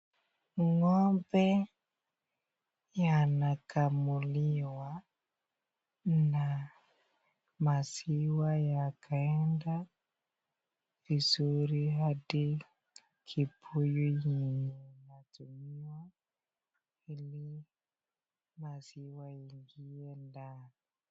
Ng'ombe yanakamuliwa, na maziwa yakaenda vizuri hadi kibuyu enye inatumiwa ili maziwa iingie ndani.